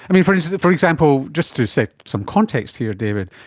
and for for example, just to set some context here david,